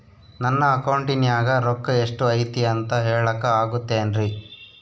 ನನ್ನ ಅಕೌಂಟಿನ್ಯಾಗ ರೊಕ್ಕ ಎಷ್ಟು ಐತಿ ಅಂತ ಹೇಳಕ ಆಗುತ್ತೆನ್ರಿ?